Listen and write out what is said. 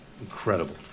incredible